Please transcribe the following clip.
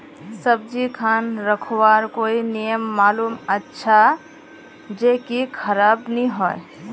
सब्जी खान रखवार कोई नियम मालूम अच्छा ज की खराब नि होय?